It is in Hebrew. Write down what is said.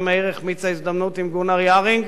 מאיר החמיצה הזדמנות עם גונאר יארינג